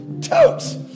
totes